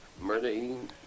Murdering